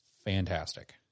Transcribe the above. fantastic